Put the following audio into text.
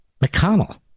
McConnell